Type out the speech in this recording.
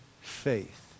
faith